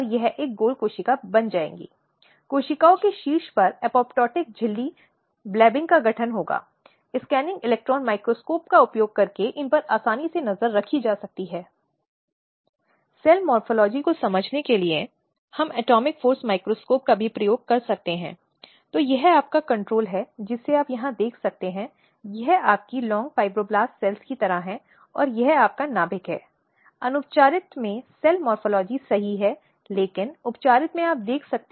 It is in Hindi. ट्रायल जज एक सहायक व्यक्ति जैसे सामाजिक कार्यकर्ता या अन्य मित्रवत लेकिन तटस्थ पक्ष को बच्चे के साथ या यहां तक कि एक छोटे बच्चे के पास बैठे होने की अनुमति दे सकता है जो गवाही दे रहा है